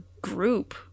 group